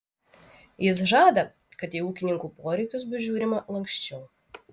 jis žada kad į ūkininkų poreikius bus žiūrima lanksčiau